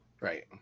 Right